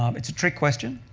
um it's a trick question.